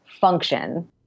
function